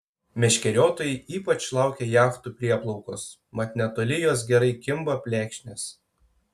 meškeriotojai ypač laukia jachtų prieplaukos mat netoli jos gerai kimba plekšnės